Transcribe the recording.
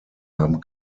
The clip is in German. haben